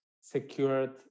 secured